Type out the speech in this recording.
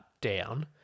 down